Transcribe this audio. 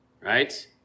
right